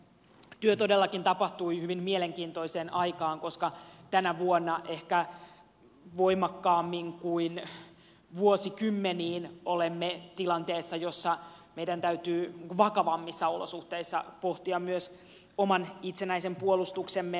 työ todellakin tapahtui hyvin mielenkiintoiseen aikaan koska tänä vuonna ehkä voimakkaammin kuin vuosikymmeniin olemme tilanteessa jossa meidän täytyy vakavammissa olosuhteissa pohtia myös oman itsenäisen puolustuksemme resursseja